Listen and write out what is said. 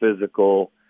physical